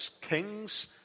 king's